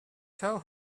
tell